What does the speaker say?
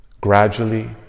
gradually